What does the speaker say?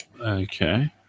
Okay